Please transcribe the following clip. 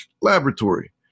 Laboratory